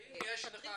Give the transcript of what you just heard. האם יש לך